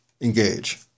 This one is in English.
engage